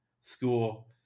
school